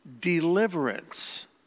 deliverance